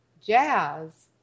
jazz